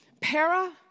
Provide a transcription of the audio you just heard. Para